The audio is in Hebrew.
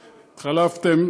התחלפתם.